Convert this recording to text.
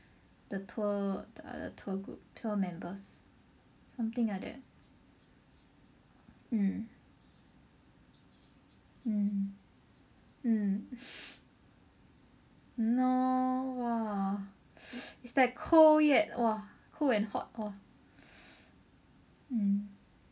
the tour the tour group tour members something like that mm mm mm !hannor! !wah! it's like cold yet !wah! cold and hot hor mm